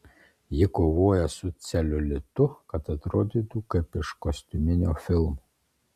ji kovoja su celiulitu kad atrodytų kaip iš kostiuminio filmo